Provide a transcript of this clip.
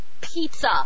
pizza